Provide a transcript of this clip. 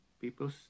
People